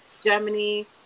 Germany